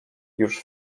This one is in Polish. już